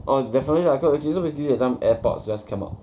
err definitely lah cause err basically that time airpods just come out